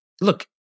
look